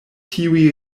tiuj